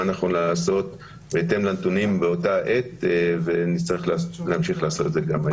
נכון לעשות בהתאם לנתונים באותה עת ונצטרך להמשיך לעשות את זה גם בהמשך.